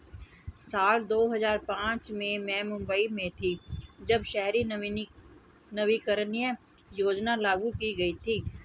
साल दो हज़ार पांच में मैं मुम्बई में थी, जब शहरी नवीकरणीय योजना लागू की गई थी